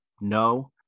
no